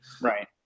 Right